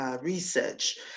research